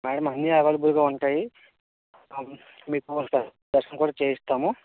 madam అన్నీ ఎవైలబుల్గా ఉంటాయి మీకు దర్ దర్శనం కూడా చేయిస్తాము